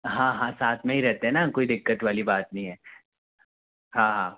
हाँ हाँ साथ मे ही रहते हैं ना कोई दिक्कत वाली बात नहीं है हाँ हाँ